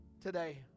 Today